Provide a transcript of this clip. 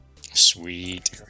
Sweet